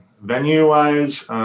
venue-wise